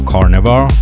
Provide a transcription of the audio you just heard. Carnival